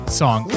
song